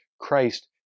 Christ